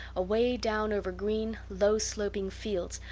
away down over green, low-sloping fields,